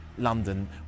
London